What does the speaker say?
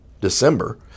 December